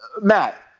Matt